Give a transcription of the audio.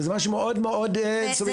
זה משהו מאוד מאוד סובייקטיבי.